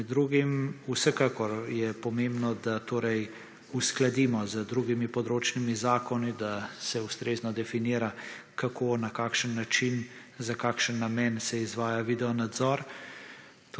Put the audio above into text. Med drugim vsekakor je pomembno, da torej uskladimo z drugimi področnimi zakoni, da se ustrezno definira, kako, na kakšen način, za kakšen namen se izvaja video nadzor.